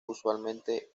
usualmente